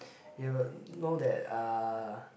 you'll know that uh